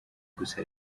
gusa